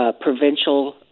provincial